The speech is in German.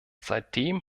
seitdem